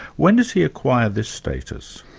when does he acquire this status?